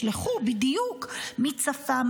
ישלחו בדיוק מי צפה,